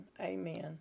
Amen